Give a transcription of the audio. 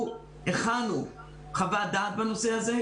הכנו חוות דעת בנושא הזה.